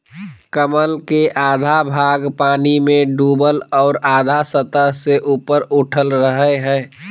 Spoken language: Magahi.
कमल के आधा भाग पानी में डूबल और आधा सतह से ऊपर उठल रहइ हइ